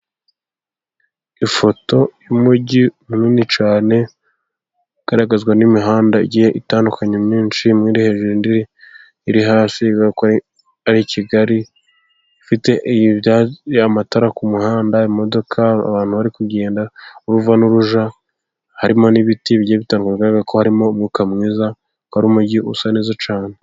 Ifoto y'umujyi munini cyane, igaragazwa n'imihanda igiye itandukanye myinshi muri iri hejuru indi iri hasi kuko bavuga ko ari kigali, ifite amatara ku muhanda imodoka abantu bari kugenda, urujya n'uruza, harimo n'ibiti bye bitangaga ko harimo umwuka mwiza ukora umujyi usa neza cyane.